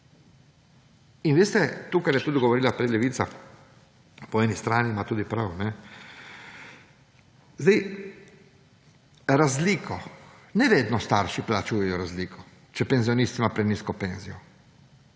In, veste, to kar je tudi prej govorila Levica, po eni strani ima tudi prav. Zdaj, razliko, ne vedno starši plačujejo razliko, če penzionist ima prenizko penzijo.